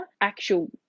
actual